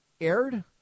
aired